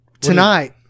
Tonight